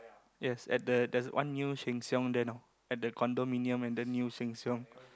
yes at the there's one new sheng-siong there now at the condominium and then new sheng-siong